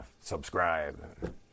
subscribe